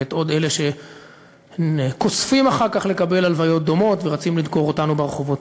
ואת אלה שנכספים אחר כך לקבל הלוויות דומות ורצים לדקור אותנו ברחובות.